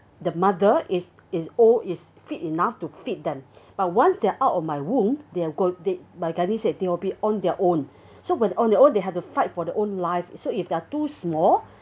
the mother is is old is fit enough to feed them but once they're out of my womb they're going they my gynae said they will be on their own so when on their own they had to fight for their own life so if they're too small